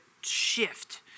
shift